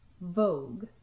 Vogue